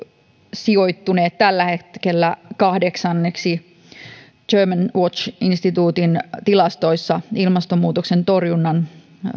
sijoittuneet tällä hetkellä kahdeksanneksi germanwatch instituutin tilastoissa ilmastonmuutoksen torjunnan